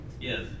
Yes